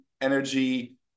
energy